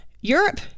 Europe